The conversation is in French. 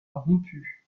rompu